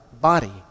body